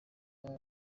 uko